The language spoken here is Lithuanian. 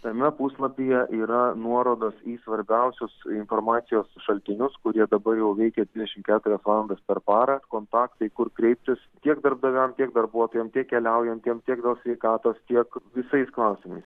tame puslapyje yra nuorodos į svarbiausius informacijos šaltinius kurie dabar jau veikia dvidešim keturias valandas per parą kontaktai kur kreiptis tiek darbdaviam tiek darbuotojam tiek keliaujantiem tiek dėl sveikatos tiek visais klausimais